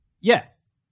Yes